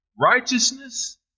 righteousness